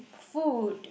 food